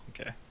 okay